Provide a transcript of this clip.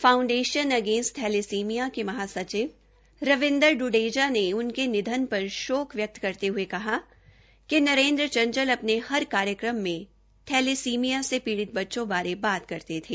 foundation अंगेस thalassemia के महासचिव रविन्द्र ढ़ढेजा ने उनके निधन पर शोक व्यकत करते हये कहा कि नरेंद्र चंचल अपने हर कार्यक्रम मे थैलेसीनिया से पीड़ित बच्चों बारे बात करते थे